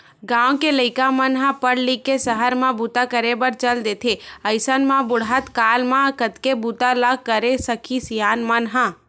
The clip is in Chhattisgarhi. गाँव के लइका मन ह पड़ लिख के सहर म बूता करे बर चल देथे अइसन म बुड़हत काल म कतेक बूता ल करे सकही सियान मन ह